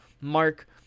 Mark